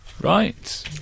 Right